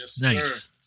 Nice